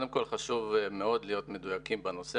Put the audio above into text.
כדי להיות מוכנים עם תוכניות.